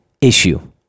issue